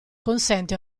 consente